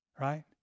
Right